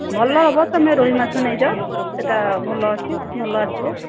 ଭଲ ହେବ ତୁମେ ରୋହିମାଛ ନେଇଯାଅ ସେଟା ଭଲ ଅଛି ଭଲ ଆସିବ